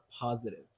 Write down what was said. positive